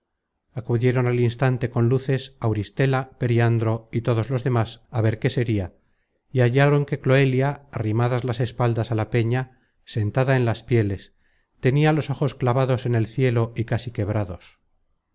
acudieron al instante con luces auristela periandro y todos los demas á ver qué sería y hallaron que cloelia arrimadas las espaldas á la peña sentada en las pieles tenia los ojos clavados en el cielo y casi quebrados